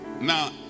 Now